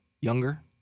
younger